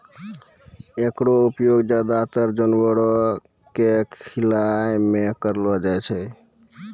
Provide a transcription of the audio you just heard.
एकरो उपयोग ज्यादातर जानवरो क खिलाय म करलो जाय छै